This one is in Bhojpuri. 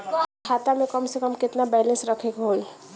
खाता में कम से कम केतना बैलेंस रखे के होईं?